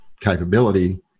capability